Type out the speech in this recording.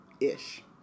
Ish